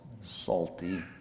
salty